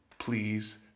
Please